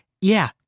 Yeah